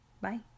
Bye